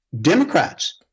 Democrats